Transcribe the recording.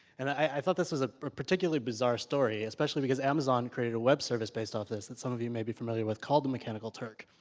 and i thought this was a particularly bizarre story, especially because amazon created a web service based off this that some of you may be familiar, with called the mechanical turk,